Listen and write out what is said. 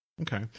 okay